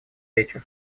вечер